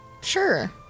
Sure